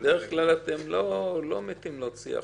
בדרך כלל לא אוהבים להוציא החוצה.